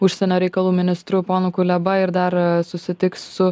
užsienio reikalų ministru ponu kuleba ir dar susitiks su